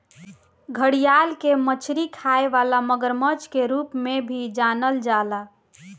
घड़ियाल के मछरी खाए वाला मगरमच्छ के रूप में भी जानल जाला